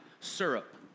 syrup